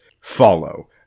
follow